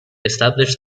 established